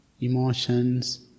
emotions